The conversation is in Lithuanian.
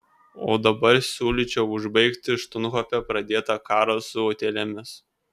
o dabar siūlyčiau užbaigti štuthofe pradėtą karą su utėlėmis